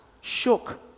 shook